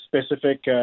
specific